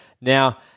Now